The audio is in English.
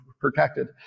protected